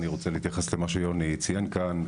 אני רוצה להתייחס למה שיוני ציין כאן.